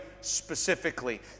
specifically